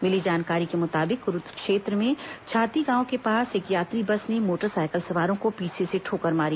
मिली जानकारी के मुताबिक कुरूद क्षेत्र में छाती गांव के पास एक यात्री बस ने मोटरसाइकिल सवारों को पीछे से ठोकर मारी